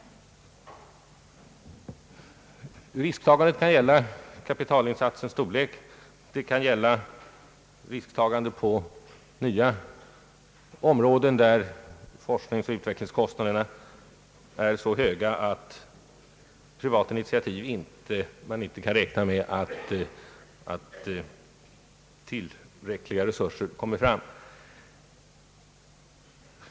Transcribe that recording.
Risktagandet kan gälla kapitalinsatsens storlek. Det kan vara risktagande på nya områden, där forskningsoch utvecklingskostnaderna är så höga att man inte kan räkna med att få fram tillräckliga resurser genom privata initiativ.